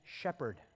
shepherd